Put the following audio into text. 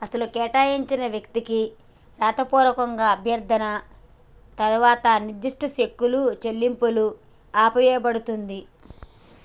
అసలు కేటాయించిన వ్యక్తికి రాతపూర్వక అభ్యర్థన తర్వాత నిర్దిష్ట సెక్కులు చెల్లింపులు ఆపేయబడుతుంది